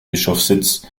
bischofssitz